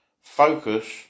Focus